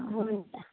हुन्छ